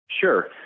Sure